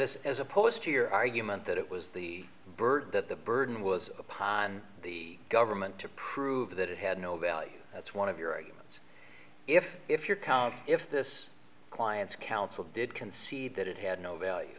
as as opposed to your argument that it was the bird that the burden was upon the government to prove that it had no value that's one of your arguments if if your county if this client's council did concede that it had no value